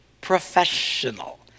professional